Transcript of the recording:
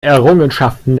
errungenschaften